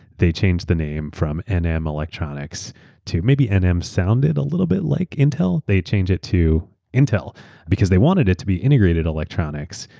they changed the name from nm electronics to maybe nm sounded a little bit like intel? they changed it to intel because they wanted it to be integrated electronics,